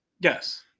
Yes